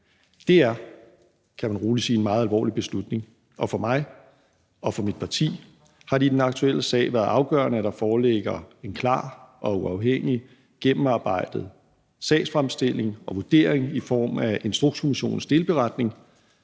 Det er, kan man rolig sige, en meget alvorlig beslutning, og for mig og for mit parti har det i den aktuelle sag været afgørende, at der foreligger en klar og uafhængig gennemarbejdet sagsfremstilling og vurdering i form af Instrukskommissionens delberetning